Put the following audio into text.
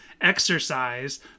exercise